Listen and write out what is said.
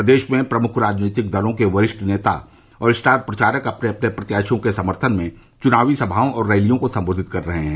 प्रदेश में प्रमुख राजनीतिक दलों के वरिष्ठ नेता और स्टार प्रचारक अपने अपने प्रत्याशियों के समर्थन में चुनावी समाओं और रैलियों को संबोधित कर रहे हैं